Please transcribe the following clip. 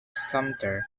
sumter